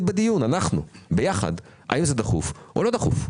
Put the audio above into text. במהלך הדיון ביחד האם זה דחוף או לא דחוף.